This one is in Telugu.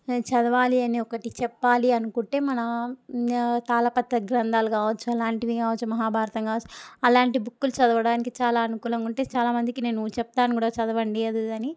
నేను చదవాలి అని ఒకటి చెప్పాలి అనుకుంటే మన తాళపత్ర గ్రంధాలు కావచ్చు అలాంటివి కావచ్చు మహాభారతం కావచ్చు అలాంటి బుక్కులు చదవడానికి చాలా అనుకూలంగా ఉంటే చాలా మందికి నేను చెప్తాను కూడా చదవండి అది ఇదని